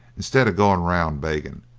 instead of goin' round beggin'?